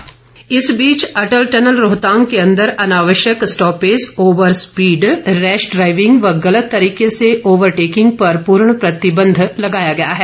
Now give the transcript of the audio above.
अटल tunnel इस बीच Atal tunnel Rohtang के अंदर अनावाश्यक स्टॉपेज ऑवरस्पीड रैश ड्राइविंग व गलत तरीके से ओवरटेकिंग पर पूर्ण रूप से प्रतिबंध लगाया गया है